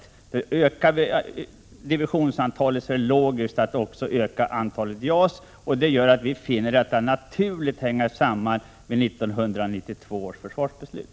Om man ökar antalet divisioner är det logiskt att också öka antalet JAS. Det gör att vi finner det naturligt att frågan om en ny division sammanhänger med 1992 års försvarsbeslut.